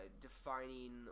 defining